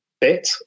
bit